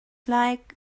like